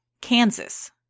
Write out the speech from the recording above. Kansas